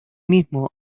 mismo